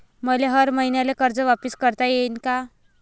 मले हर मईन्याले कर्ज वापिस करता येईन का?